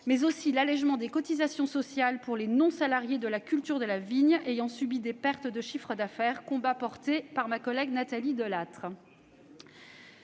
de l'allégement des cotisations sociales pour les non-salariés de la culture de la vigne ayant subi des pertes de chiffre d'affaires, combat porté par ma collègue Nathalie Delattre.